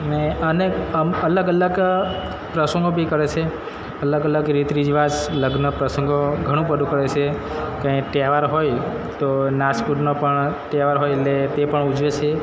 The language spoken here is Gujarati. ને અનેક અલગ અલગ પ્રસંગો બી કરે છે અલગ અલગ રીત રિવાજ લગ્ન પ્રસંગો ઘણું બધું કરે છે કંઇ તહેવાર હોય તો નાચ કૂદનો પણ તહેવાર હોય એટલે તે પણ ઉજવે છે